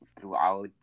throughout